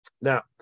Now